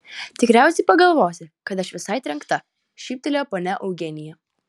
tikriausiai pagalvosi kad aš visai trenkta šyptelėjo ponia eugenija